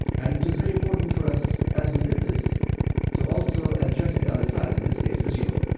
and it was very important for us as we did this to also address the other side, in this case, israel,